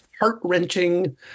heart-wrenching